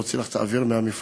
להוציא לך את האוויר מהגלגלים,